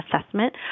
assessment